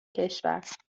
کشور